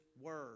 word